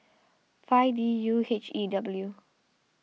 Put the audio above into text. five D U H E W